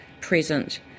present